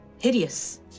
Hideous